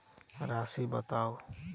राशि बताउ